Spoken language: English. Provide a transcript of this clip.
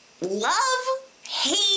love-hate-